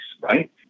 right